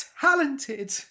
talented